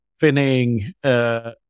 Finning